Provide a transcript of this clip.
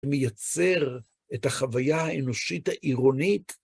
מייצר את החוויה האנושית העירונית.